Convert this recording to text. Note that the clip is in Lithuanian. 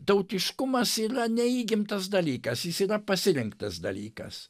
tautiškumas yra ne įgimtas dalykas jis yra pasirinktas dalykas